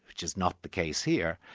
which is not the case here,